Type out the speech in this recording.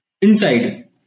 inside